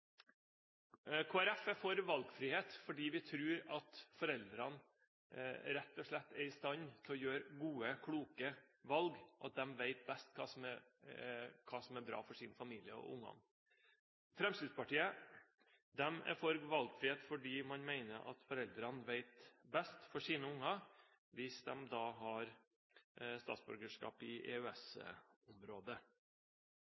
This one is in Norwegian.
Folkeparti er for valgfrihet, fordi vi tror at foreldrene rett og slett er i stand til å gjøre gode og kloke valg, og at de vet best hva som er bra for sin familie og ungene. Fremskrittspartiet er for valgfrihet, fordi man mener at foreldrene vet best for sine unger, hvis de har statsborgerskap i